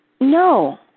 No